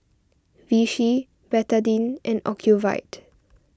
Vichy Betadine and Ocuvite